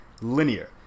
linear